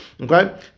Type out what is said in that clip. Okay